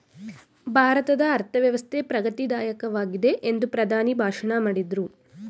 ಭಾರತದ ಅರ್ಥವ್ಯವಸ್ಥೆ ಪ್ರಗತಿ ದಾಯಕವಾಗಿದೆ ಎಂದು ಪ್ರಧಾನಿ ಭಾಷಣ ಮಾಡಿದ್ರು